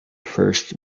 first